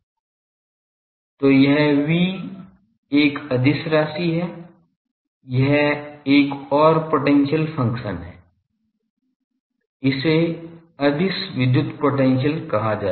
तो यह V एक अदिश राशि है यह एक और पोटेंशियल फंक्शन है इसे अदिश विद्युत पोटेंशियल कहा जाता है